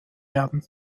werden